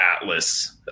Atlas